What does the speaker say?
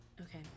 Okay